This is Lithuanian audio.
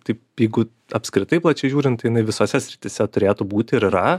taip jeigu apskritai plačiai žiūrint tai jinai visose srityse turėtų būti ir yra